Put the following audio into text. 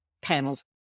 panels